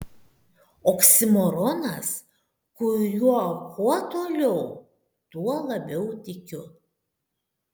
oksimoronas kuriuo kuo toliau tuo labiau tikiu